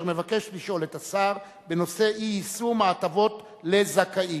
אשר מבקש לשאול את השר בנושא: אי-יישום ההטבות לזכאים.